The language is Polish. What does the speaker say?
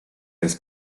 jest